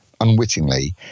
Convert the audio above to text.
unwittingly